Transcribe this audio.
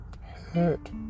hurt